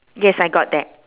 yes I got that